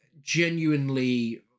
genuinely